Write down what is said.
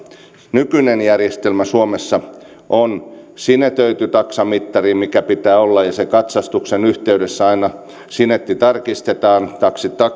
nykyinen järjestelmä suomessa on sinetöity taksamittari mikä pitää olla ja katsastuksen yhteydessä aina se sinetti tarkistetaan taksit